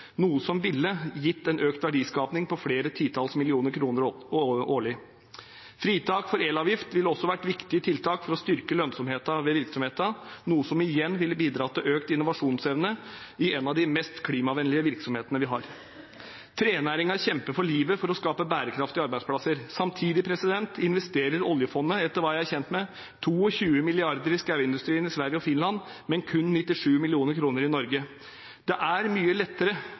noe som ville gitt en økt verdiskaping på flere titalls millioner kroner årlig. Fritak for elavgift ville også vært et viktig tiltak for å styrke lønnsomheten ved virksomhetene, som igjen vil bidra til økt innovasjonsevne i en av de mest klimavennlige virksomhetene vi har. Trenæringen kjemper for livet for å skape bærekraftige arbeidsplasser. Samtidig investerer oljefondet, etter hva jeg er kjent med, 22 mrd. kr i skogindustrien i Sverige og Finland, men kun 97 mill. kr i Norge. Det er mye lettere